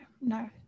no